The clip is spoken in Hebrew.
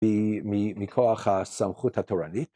מכוח הסמכות התורנית.